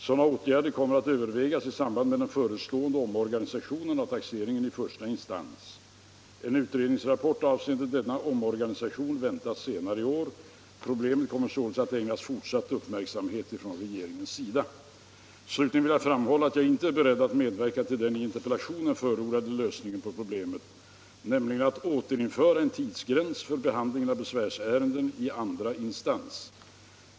Sådana åtgärder kommer att övervägas i samband med den förestående omorganisationen av taxeringen i första instans. En utredningsrapport avseende denna omorganisation väntas senare i år. Problemet kommer således att ägnas fortsatt uppmärksamhet från regeringens sida. Slutligen vill jag framhålla att jag inte är beredd att medverka till den i interpellationen förordade lösningen på problemet, nämligen att återinföra en tidsgräns för behandlingen av besvärsärenden i andra instans.